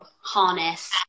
harness